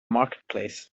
marketplace